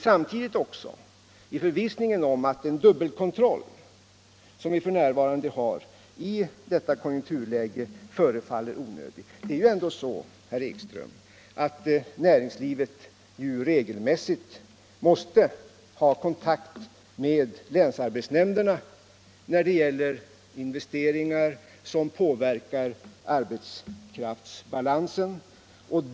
Samtidigt har vi också en förvissning om att den dubbelkontroll som f.n. finns i nuvarande konjunkturläge är onödig. Det är ju ändå så, herr Ekström, att näringslivet regelmässigt måste ha kontakt med länsarbetsnämnderna när det gäller investeringar som påverkar arbetskraftsbalansen.